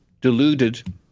deluded